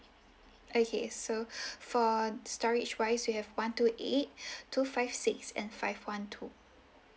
okay so for storage wise you have one two eight two five six and five one two